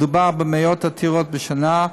מדובר במאות עתירות בשנה,